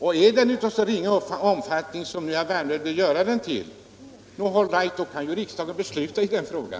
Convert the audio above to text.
Om den är av så ringa omfattning som herr Wärnberg vill göra gällande kan ju riksdagen besluta i den frågan.